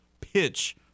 pitch